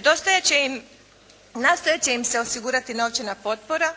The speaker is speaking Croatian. Nastojati će im se osigurati novčana potpora,